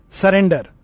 surrender